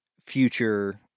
future